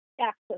access